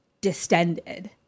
distended